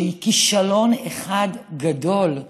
שהיא כישלון אחד גדול,